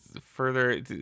further